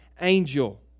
angel